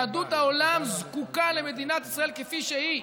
יהדות העולם זקוקה למדינת ישראל כפי שהיא,